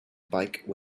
bike